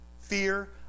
fear